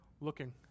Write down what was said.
looking